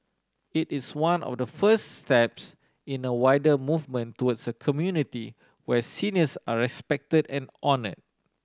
it is one of the first steps in a wider movement towards a community where seniors are respected and honour